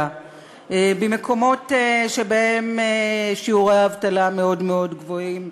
במקומות שבהם שיעורי האבטלה מאוד מאוד גבוהים,